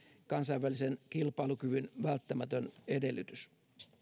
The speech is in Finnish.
kansainvälisen kilpailukyvyn välttämätön edellytys